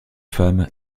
femmes